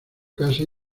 casa